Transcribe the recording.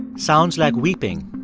sounds like weeping,